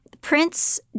Prince